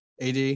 AD